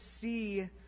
see